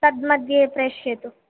तन्मध्ये प्रेषयतु